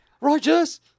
Righteous